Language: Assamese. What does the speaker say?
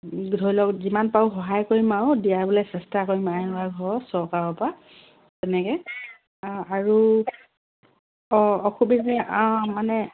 ধৰি লওক যিমান পাৰোঁ সহায় কৰিম আৰু দিয়বলৈ চেষ্টা কৰিম আই ৱাই ঘৰ চৰকাৰৰপৰা তেনেকৈ আৰু অসুবিধা অঁ মানে